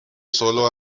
solo